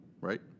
Right